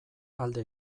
alde